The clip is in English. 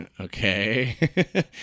okay